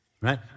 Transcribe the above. right